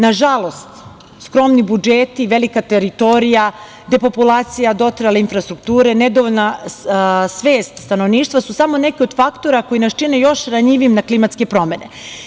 Nažalost, skromni budžeti, velika teritorija, depopulacija dotrajale infrastrukture, nedovoljna svest stanovništva su samo neki od faktora koji nas čine još ranjivijim na klimatske promene.